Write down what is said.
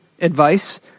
advice